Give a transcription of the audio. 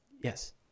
Yes